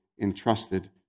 entrusted